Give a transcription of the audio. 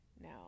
No